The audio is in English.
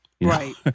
Right